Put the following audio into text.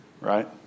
right